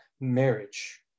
marriage